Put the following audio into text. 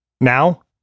Now